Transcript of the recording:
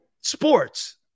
Sports